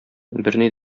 берни